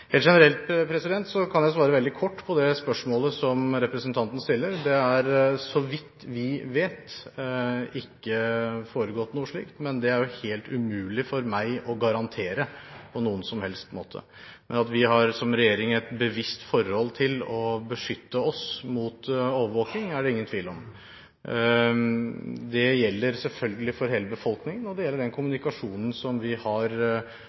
Helt generelt kan jeg svare veldig kort på det spørsmålet som representanten stiller. Det har, så vidt vi vet, ikke foregått noe slikt, men det er helt umulig for meg å garantere det på noen som helst måte. Men det er ingen tvil om at vi som regjering har et bevisst forhold til å beskytte oss mot overvåkning. Det gjelder selvfølgelig for hele befolkningen, og det gjelder den kommunikasjonen som vi har